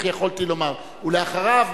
ואחריו,